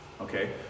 Okay